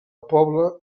poble